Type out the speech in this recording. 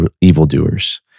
evildoers